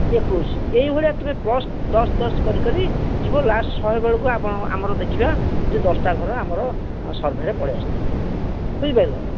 ଏକୋଇଶି ଏଇଭଳିଆ ତୁମେ ପ୍ଲସ୍ ଦଶ ଦଶ କରି କରି ଯିବ ଲାଷ୍ଟ୍ ଶହେ ବେଳକୁ ଆମର ଦେଖିବା ଯେ ଦଶଟା ଘର ଆମର ସର୍ଭେରେ ପଳେଇ ଆସିଥିବ ବୁଝିପାରିଲ